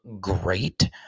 great